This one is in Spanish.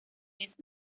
miss